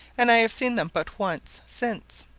and i have seen them but once since.